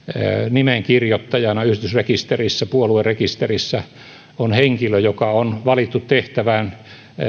nimenkirjoittajana puoluerekisterissä puoluerekisterissä on henkilö joka on valittu tehtävään